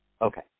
Okay